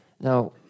Now